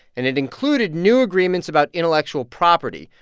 and it included new agreements about intellectual property,